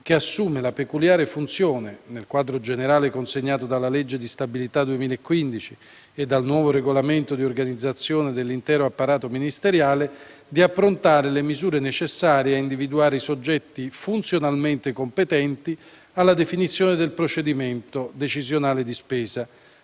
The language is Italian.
che assume la peculiare funzione - nel quadro generale consegnato dalla legge di stabilità 2015 e dal nuovo regolamento di organizzazione dell'intero apparato ministeriale - di approntare le misure necessarie a individuare i soggetti funzionalmente competenti alla definizione del procedimento decisionale di spesa,